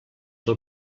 del